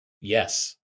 Yes